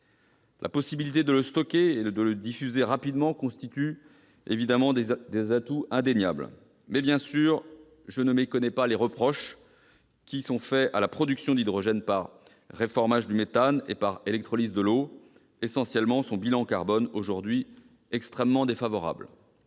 La possibilité de le stocker et de le diffuser rapidement constitue des atouts indéniables. Bien sûr, je ne méconnais pas les reproches qui sont adressés à la production d'hydrogène par reformage du méthane ou par électrolyse de l'eau. On dénonce, essentiellement, son bilan carbone aujourd'hui extrêmement défavorable.